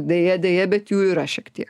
deja deja bet jų yra šiek tiek